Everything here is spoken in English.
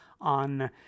on